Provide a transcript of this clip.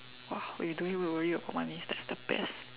!wah! when you don't need to worry about money that's the best